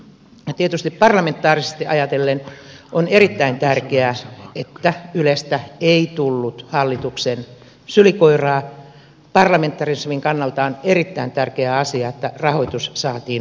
tietysti parlamentaarisesti ajatellen on erittäin tärkeää että ylestä ei tullut hallituksen sylikoiraa parlamentarismin kannalta on erittäin tärkeä asia että rahoitus saatiin hoidettua